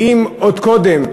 ואם עוד קודם,